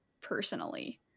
personally